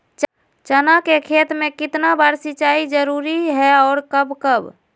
चना के खेत में कितना बार सिंचाई जरुरी है और कब कब?